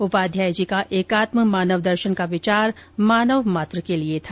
उपाध्याय जी का एकात्म मानव दर्शन का विचार मानव मात्र के लिए था